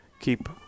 keep